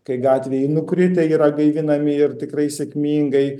kai gatvėj nukritę yra gaivinami ir tikrai sėkmingai